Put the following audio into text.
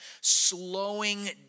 slowing